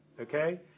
okay